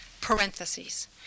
parentheses